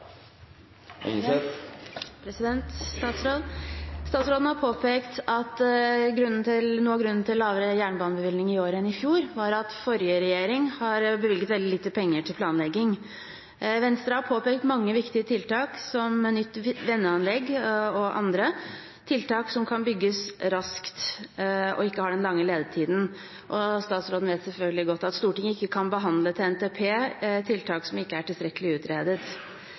Statsråden har påpekt at noe av grunnen til lavere jernbanebevilgning i år enn i fjor var at forrige regjering har bevilget veldig lite penger til planlegging. Venstre har påpekt mange viktige tiltak, som nytt vendeanlegg i Asker og andre tiltak som kan bygges raskt, og som ikke har den lange ledetiden. Statsråden vet selvfølgelig godt at Stortinget ikke kan behandle, i forbindelse med NTP, tiltak som ikke er tilstrekkelig utredet.